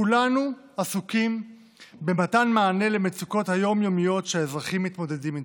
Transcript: כולנו עסוקים במתן מענה למצוקות היום-יומיות שהאזרחים מתמודדים איתן.